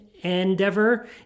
endeavor